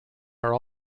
are